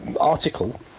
article